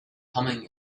humming